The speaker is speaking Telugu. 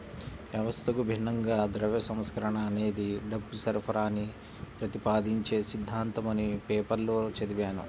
వ్యవస్థకు భిన్నంగా ద్రవ్య సంస్కరణ అనేది డబ్బు సరఫరాని ప్రతిపాదించే సిద్ధాంతమని పేపర్లో చదివాను